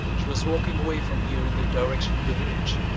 she was walking away from here in the direction of the village.